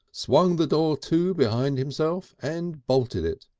swung the door to behind himself and bolted it,